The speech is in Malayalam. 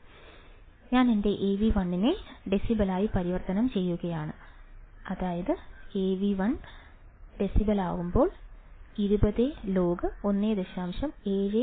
അതിനാൽ ഞാൻ എന്റെ Av1 നെ ഡെസിബെലായി പരിവർത്തനം ചെയ്യുകയാണെങ്കിൽ 20 log 1